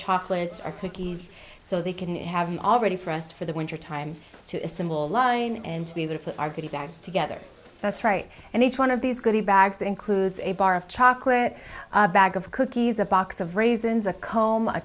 chocolates or cookies so they can have already for us for the wintertime to assemble line and to be able to put our good bands together that's right and each one of these goodie bags includes a bar of chocolate a bag of cookies a box of raisins a comb a